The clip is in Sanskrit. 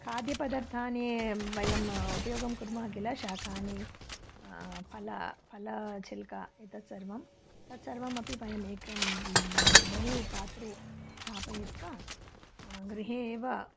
खाद्यपदर्थानि वयम् उपयोगं कुर्मः किल शाकानि फलं फलचिल्का एतत् सर्वं तत्सर्वमपि वयम् एकं बहु पात्रे स्थापयित्वा गृहे एव